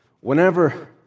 Whenever